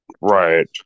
Right